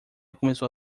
começou